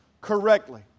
correctly